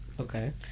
Okay